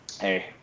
Hey